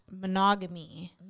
monogamy